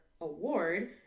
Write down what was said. award